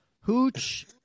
Hooch